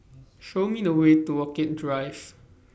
Show Me The Way to Orchid Drive